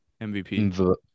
MVP